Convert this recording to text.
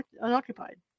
unoccupied